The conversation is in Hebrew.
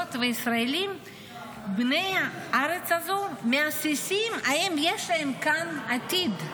וישראלים בני הארץ הזו מהססים אם יש להם כאן עתיד?